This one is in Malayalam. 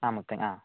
ആ മുത്തങ്ങ ആ